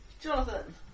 Jonathan